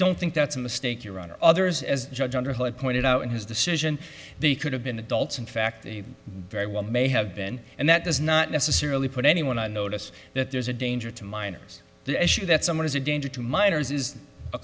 don't think that's a mistake your honor others as judge understood pointed out in his decision they could have been adults in fact they very well may have been and that does not necessarily put anyone on notice that there's a danger to minors the issue that someone is a danger to minors is a